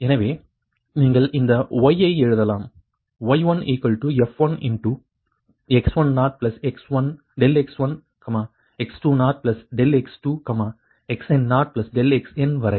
எனவே நீங்கள் இந்த y ஐ எழுதலாம் y1f1x10∆x1 x20∆x2 xn0∆xn வரை